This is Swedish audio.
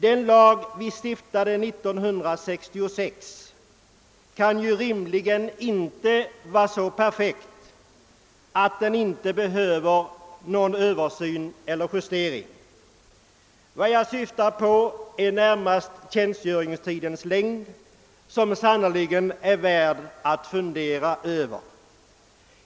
Den lag vi stiftade 1966 kan rimligen inte vara så perfekt att den inte behöver någon översyn eller justering. Vad jag närmast syftar på är tjänstgöringstidens längd, som sannerligen är värd att fundera över.